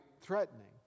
threatening